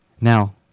now